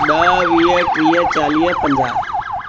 ॾह वीह टीह चालीह पंजाह